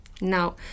Now